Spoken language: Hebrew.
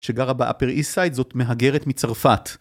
שגרה באפר איסט סייד זאת מהגרת מצרפת.